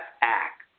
act